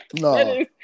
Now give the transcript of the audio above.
no